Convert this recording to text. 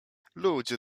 ludzie